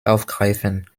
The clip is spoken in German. aufgreifen